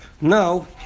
now